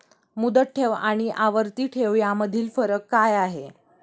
मुदत ठेव आणि आवर्ती ठेव यामधील फरक काय आहे?